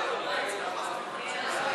כהצעת הוועדה, נתקבל.